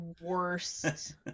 worst